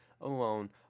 alone